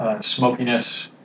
smokiness